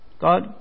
God